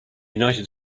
united